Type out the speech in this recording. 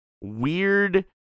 weird